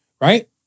Right